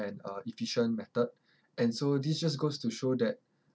and uh efficient method and so this just goes to show that